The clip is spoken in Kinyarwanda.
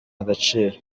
agaciro